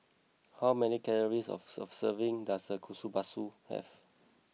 how many calories of serving does Kushikatsu have